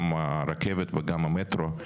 גם הרכבת וגם המטרו.